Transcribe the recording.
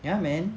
ya man